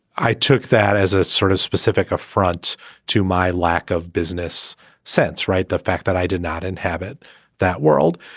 i took that as a sort of specific affront to my lack of business sense. right. the fact that i did not inhabit that world.